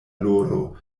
loro